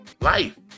life